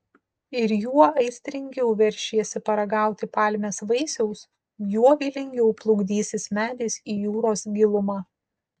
ir juo aistringiau veršiesi paragauti palmės vaisiaus juo vylingiau plukdysis medis į jūros gilumą